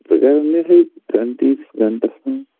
گۅڈنٮ۪تھٕے گھنٹیٖس گھنٹس منٛز